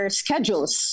schedules